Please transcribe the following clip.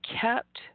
kept